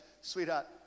sweetheart